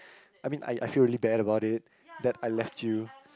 I mean I I feel really bad about it that I left you